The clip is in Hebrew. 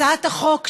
הצעת החוק שהגשנו,